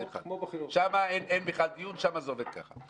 שם אין בכלל דיון, זה עובד כך.